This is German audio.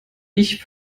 ich